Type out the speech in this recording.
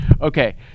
Okay